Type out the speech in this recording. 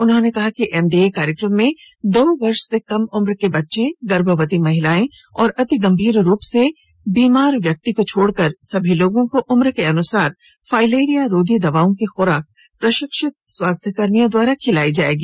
उन्होंने कहा कि एमडीए कार्यक्रम में दो वर्ष से कम उम्र के बच्चे गर्भवती महिला और अति गंभीर रूप से बीमार व्यक्ति को छोड़कर सभी लोगों को उम्र के अनुसार फाइलेरिया रोधी दवाओं की खुराक प्रशिक्षित स्वास्थ्यकर्मियों द्वारा खिलाई जाएगी